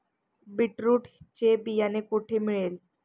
Beetroot चे बियाणे कोठे मिळेल?